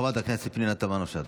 חברת הכנסת פנינה תמנו שטה,